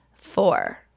four